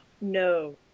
No